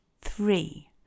Three